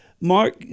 Mark